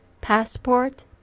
passport